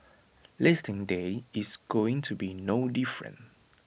listing day is going to be no different